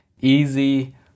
easy